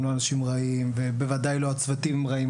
הם לא אנשים רעים ובוודאי לא הצוותים הם רעים.